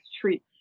treat